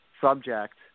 subject